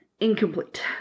incomplete